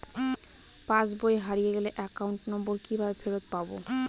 পাসবই হারিয়ে গেলে account number কিভাবে ফেরত পাব?